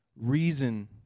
reason